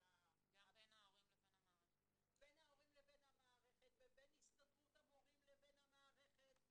אבל בין ההורים לבין המערכת ובין הסתדרות המורים לבין המערכת,